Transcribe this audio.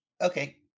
Okay